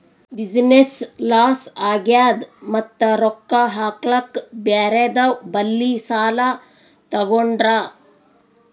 business loss ಆಗ್ಯಾದ್ ಮತ್ತ ರೊಕ್ಕಾ ಹಾಕ್ಲಾಕ್ ಬ್ಯಾರೆದವ್ ಬಲ್ಲಿ ಸಾಲಾ ತೊಗೊಂಡ್ರ